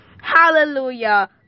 hallelujah